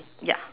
ya